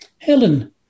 Helen